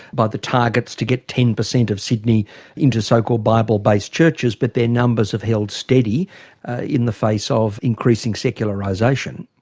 by the targets to get ten per cent of sydney into so-called bible-based churches, but their numbers have held steady in the face of increasing secularization.